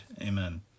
Amen